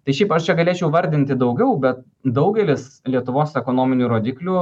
tai šiaip aš čia galėčiau vardinti daugiau bet daugelis lietuvos ekonominių rodiklių